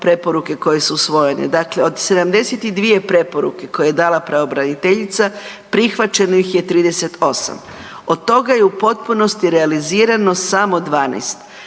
od 72 preporuke koje je dala pravobraniteljica prihvaćeno ih je 38, od toga je u potpunosti realizirano samo 12,